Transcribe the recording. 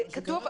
כתוב,